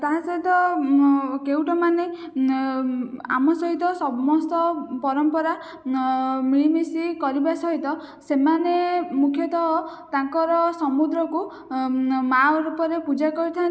ତାହା ସହିତ କେଉଟ ମାନେ ଆମ ସହିତ ସମସ୍ତ ପରମ୍ପରା ମିଳିମିଶି କରିବା ସହିତ ସେମାନେ ମୁଖ୍ୟତଃ ତାଙ୍କର ସମୁଦ୍ରକୁ ମାଆ ରୂପରେ ପୂଜା କରିଥାନ୍ତି